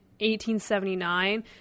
1879